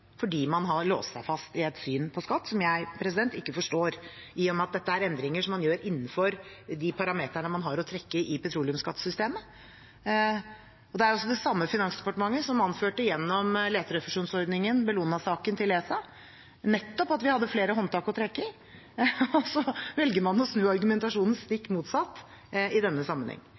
fordi man har låst seg fast i et syn på skatt som jeg ikke forstår, i og med at dette er endringer som man gjør innenfor de parameterne man har å trekke på i petroleumsskattesystemet. Dette er det samme finansdepartementet som anførte gjennom leterefusjonsordningen – saken som Bellona klaget inn for ESA – at vi nettopp hadde flere håndtak å trekke i. Så velger man å snu argumentasjonen